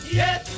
yes